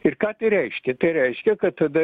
ir ką tai reiškia tai reiškia kad tada